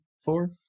Four